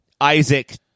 Isaac